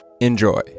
enjoy